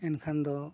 ᱮᱱᱠᱷᱟᱱ ᱫᱚ